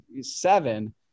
seven